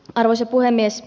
arvoisa puhemies